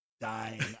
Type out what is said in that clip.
dying